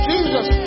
Jesus